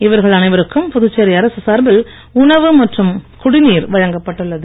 இவர்கள் அனைவருக்கும் புதுச்சேரி அரசு சார்பில் உணவு மற்றும் குடிநீர் வழங்கப்பட்டுள்ளது